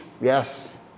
Yes